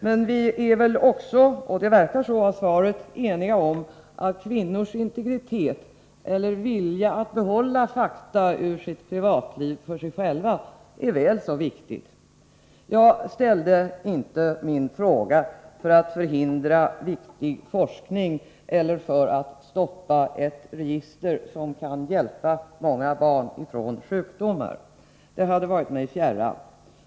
Men vi är väl också — och det verkar så av svaret — eniga om att kvinnors integritet eller vilja att behålla fakta ur sitt privatliv för sig själva är något minst lika väsentligt. Jag ställde inte min fråga för att förhindra viktig forskning eller för att stoppa ett register som kan hjälpa många barn från sjukdomar. Det hade varit mig fjärran.